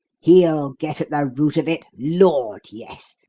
he'll get at the root of it lord, yes!